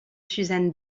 suzanne